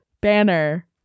banner